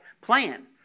plan